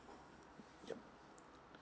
yup